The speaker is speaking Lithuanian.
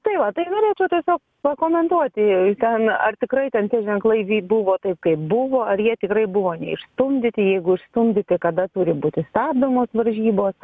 tai va tai norėčiau tiesiog pakomentuoti ten ar tikrai ten tie ženklai vy buvo taip kaip buvo ar jie tikrai buvo išstumdyti jeigu išstumdyti kada turi būti stabdomos varžybos